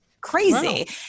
crazy